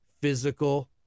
physical